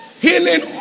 Healing